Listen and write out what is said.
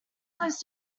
close